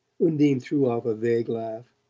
undine threw off a vague laugh.